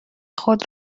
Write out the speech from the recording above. خود